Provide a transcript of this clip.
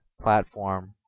platform